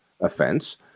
offense